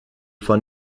von